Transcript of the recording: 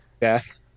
death